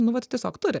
nu vat tiesiog turi